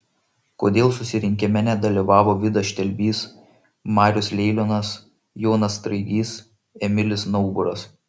kodėl susirinkime nedalyvavo vidas štelbys marius leilionas jonas straigys emilis nauburas